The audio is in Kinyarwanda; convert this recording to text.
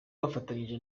bafatanyije